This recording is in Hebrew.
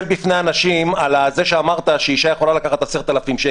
בפני הנשים על זה שאמרת שאישה יכולה לקחת 10,000 שקלים.